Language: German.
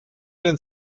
den